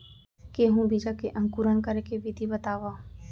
गेहूँ बीजा के अंकुरण करे के विधि बतावव?